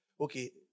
Okay